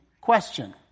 question